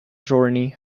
journey